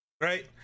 Right